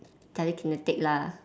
telekinetic lah